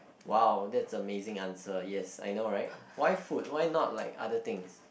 !wow! that's amazing answer yes I know right why food why not like other things